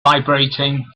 vibrating